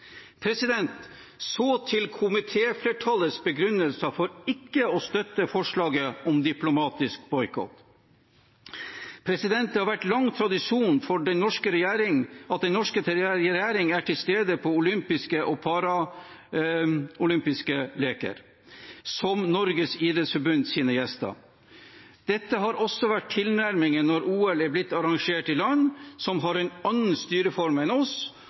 Så til komitéflertallets begrunnelser for ikke å støtte forslaget om diplomatisk boikott: Det har vært lang tradisjon for at den norske regjeringen er til stede på olympiske og paralympiske leker som Norges idrettsforbunds gjester. Dette har også vært tilnærmingen når OL har blitt arrangert i land som har en annen styreform enn